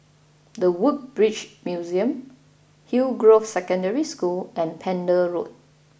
The Woodbridge Museum Hillgrove Secondary School and Pender Road